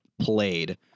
played